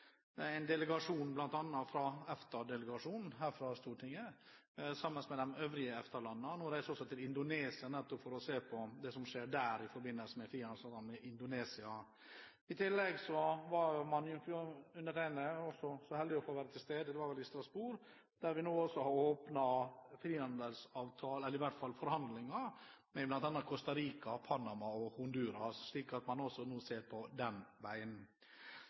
fra Stortingets EFTA-delegasjon, sammen med øvrige EFTA-land, nå reiser til Indonesia for å se på det som skjer der i forbindelse med en frihandelsavtale med Indonesia. I tillegg var jeg så heldig å få være til stede i Strasbourg der vi har åpnet forhandlinger med bl.a. Costa Rica, Panama og Honduras, slik at en nå også ser den veien. Jeg tror at Ukraina er – og i framtiden vil være – et spennende marked for norske bedrifter. Det er et land i utvikling, og